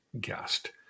guest